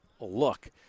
look